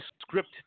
script